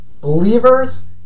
believers